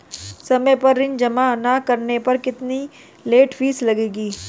समय पर ऋण जमा न करने पर कितनी लेट फीस लगेगी?